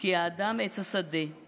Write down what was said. "כי האדם עץ השדה /